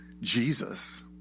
Jesus